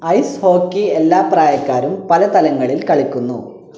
ice hockey എല്ലാ പ്രായക്കാരും പല തലങ്ങളിൽ കളിക്കുന്നു